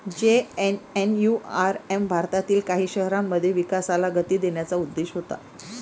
JNNURM भारतातील काही शहरांमध्ये विकासाला गती देण्याचा उद्देश होता